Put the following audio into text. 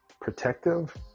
protective